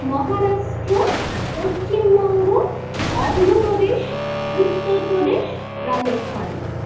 Maharashtra Paschimbanga Andhra Pradesh Uttar Pradesh Rajasthan